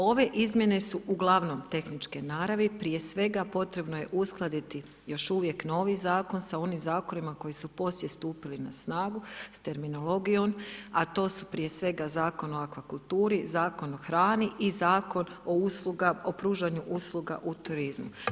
Ove izmjene su ugl. tehničke naravi, prije svega potrebno je uskladiti još uvijek novi zakon, sa onim zakonima koji su poslije stupili na snagu s terminologijom, a to su prije svega, Zakon o akvakulturi, Zakon o hrani i Zakon o pružanju usluga u turizmu.